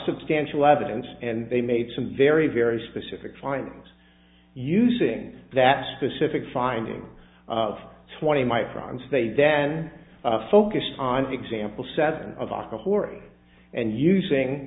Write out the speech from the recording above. substantial evidence and they made some very very specific findings using that specific finding of twenty microns they then focused on example seven of our hoary and using